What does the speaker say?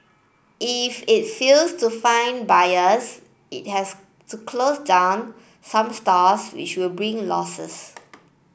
if it fails to find buyers it has to close down some stores which will bring losses